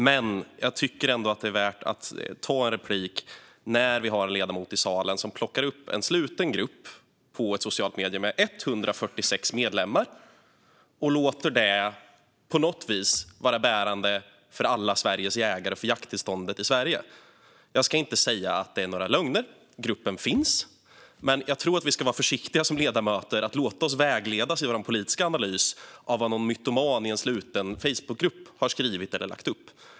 Men jag tycker ändå att det är värt att ta en replik när vi har en ledamot i salen som plockar upp en sluten grupp på sociala medier med 146 medlemmar och låter det på något vis vara bärande för alla Sveriges jägare och för jakttillståndet i Sverige. Jag ska inte säga att det är fråga om några lögner. Gruppen finns, men jag tror att vi som ledamöter ska vara försiktiga med att låta oss vägledas i vår politiska analys av vad någon mytoman i en sluten Facebookgrupp har skrivit och lagt upp.